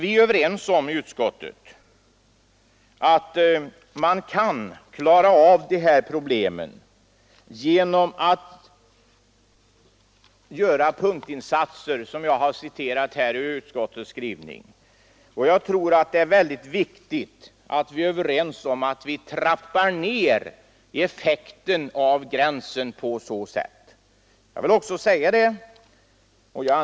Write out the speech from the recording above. I utskottet är vi överens om att man kan klara av de här problemen genom att göra punktinsatser; jag har redan citerat utskottets skrivning i det avseendet. Jag tror att det är väldigt viktigt att vi är eniga om att på så sätt trappa ner effekten av gränsen.